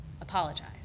apologize